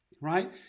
right